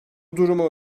durumu